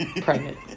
pregnant